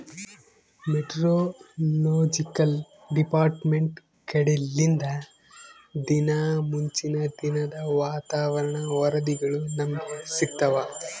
meteorological department ಕಡೆಲಿಂದ ದಿನಾ ಮುಂಚಿನ ದಿನದ ವಾತಾವರಣ ವರದಿಗಳು ನಮ್ಗೆ ಸಿಗುತ್ತವ